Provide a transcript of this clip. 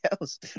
else